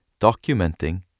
documenting